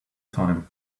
time